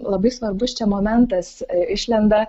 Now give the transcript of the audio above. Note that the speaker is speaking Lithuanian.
labai svarbus čia momentas išlenda